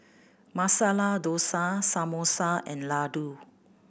Masala Dosa Samosa and Ladoo